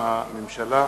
מטעם הממשלה: